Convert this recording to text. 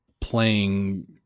playing